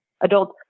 adults